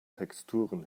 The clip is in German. texturen